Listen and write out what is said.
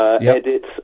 edits